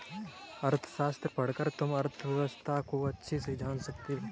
अर्थशास्त्र पढ़कर तुम अर्थव्यवस्था को अच्छे से जान सकते हो